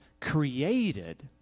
created